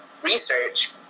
research